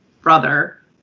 brother